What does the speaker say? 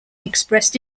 expressed